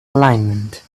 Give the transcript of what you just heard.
alignment